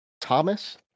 Thomas